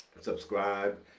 subscribe